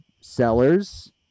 Sellers